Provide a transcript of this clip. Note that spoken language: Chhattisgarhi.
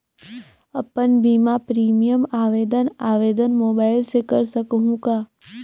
अपन बीमा प्रीमियम आवेदन आवेदन मोबाइल से कर सकहुं का?